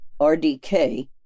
RDK